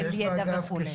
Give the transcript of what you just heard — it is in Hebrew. ידע וכו'.